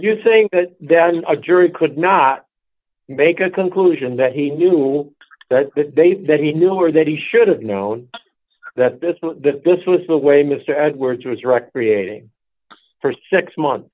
you think that in a jury could not make a conclusion that he knew that they that he knew or that he should have known that this that this was the way mr edwards was recreating for six months